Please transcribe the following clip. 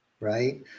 right